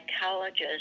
psychologist